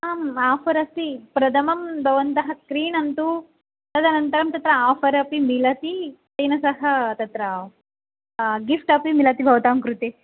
आम् आफ़र् अस्ति प्रथमं भवन्तः क्रीणन्तु तदनन्तरं तत्र आफ़रपि मिलति तेन सह तत्र गिफ़्ट् अपि मिलति भवतां कृते